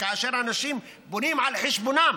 אנשים בונים על חשבונם